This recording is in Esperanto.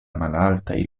malaltaj